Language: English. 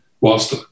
whilst